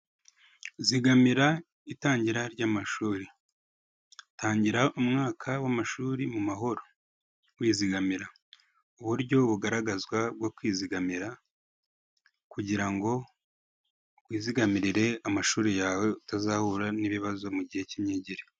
Zigamira itangira ry'amashuri, tangira umwaka w'amashuri mu mahoro, wizigamira. Uburyo bugaragazwa bwo kwizigamira kugira ngo wizigamirire amashuri yawe utazahura n'ibibazo mu gihe cy'imyigire.